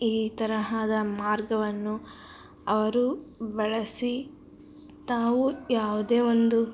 ಈ ತರಹದ ಮಾರ್ಗವನ್ನು ಅವರು ಬಳಸಿ ತಾವು ಯಾವುದೇ ಒಂದು